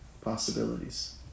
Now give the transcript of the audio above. possibilities